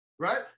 Right